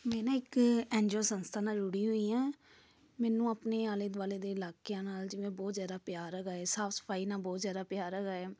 ਮੈਂ ਨਾ ਇੱਕ ਐਨ ਜੀ ਓ ਸੰਸਥਾ ਨਾਲ ਜੁੜੀ ਹੋਈ ਹਾਂ ਮੈਨੂੰ ਆਪਣੇ ਆਲੇ ਦੁਆਲੇ ਦੇ ਇਲਾਕਿਆਂ ਨਾਲ ਜਿਵੇਂ ਬਹੁਤ ਜ਼ਿਆਦਾ ਪਿਆਰ ਹੈਗਾ ਹੈ ਸਾਫ਼ ਸਫ਼ਾਈ ਨਾਲ ਬਹੁਤ ਜ਼ਿਆਦਾ ਪਿਆਰ ਹੈਗਾ ਹੈ